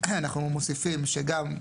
אנחנו מוסיפים שגם,